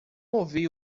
ouvi